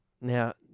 Now